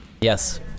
yes